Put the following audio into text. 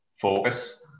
focus